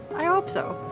i hope so,